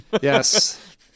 Yes